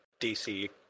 DC